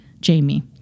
Jamie